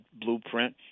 blueprint